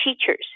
teachers